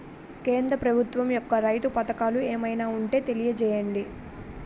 కేంద్ర ప్రభుత్వం యెక్క రైతు పథకాలు ఏమైనా ఉంటే తెలియజేయండి?